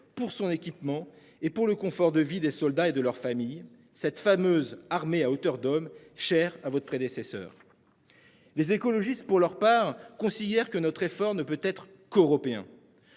pour son équipement et pour le confort de vie des soldats et de leurs familles. Cette fameuse armée à hauteur d'homme, cher à votre prédécesseur. Les écologistes, pour leur part, considère que notre effort ne peut être qu'européen.